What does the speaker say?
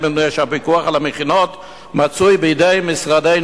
מפני שהפיקוח על המכינות מצוי בידי משרדנו,